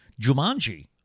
Jumanji